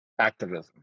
activism